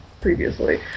previously